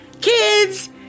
Kids